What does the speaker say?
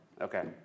Okay